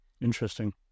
interesting